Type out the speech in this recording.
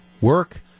work